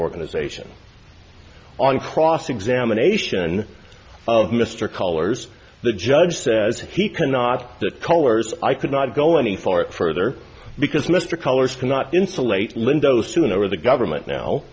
organization on cross examination of mr colors the judge said he cannot the colors i could not going for further because mr colors cannot insulate lindo sooner or the government now